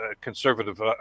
conservative